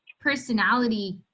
personality